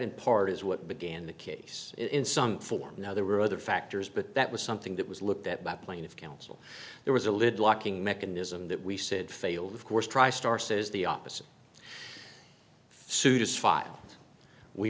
in part is what began the case in some form now there were other factors but that was something that was looked at by plaintiff's counsel there was a lid locking mechanism that we said failed of course tristar says the opposite suit is filed we